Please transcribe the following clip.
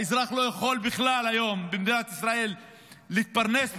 האזרח במדינת ישראל היום לא יכול להתפרנס בכבוד,